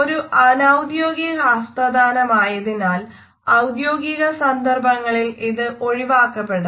ഒരു അനൌദ്യോഗിക ഹസ്തദാനമായതിനാൽ ഔദ്യോഗിക സന്ദർഭങ്ങളിൽ ഇത് ഒഴിവാക്കപ്പെടണം